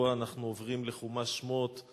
השבוע אנחנו עוברים לחומש שמות,